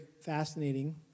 fascinating